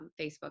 facebook